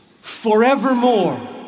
forevermore